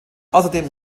außerdem